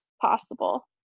possible